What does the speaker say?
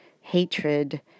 hatred